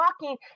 walking